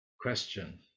question